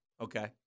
Okay